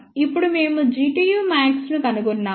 ఇప్పుడు మేము Gtu max ను కనుగొన్నాము